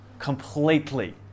completely